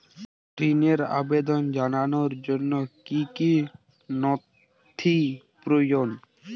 ঋনের আবেদন জানানোর জন্য কী কী নথি প্রয়োজন?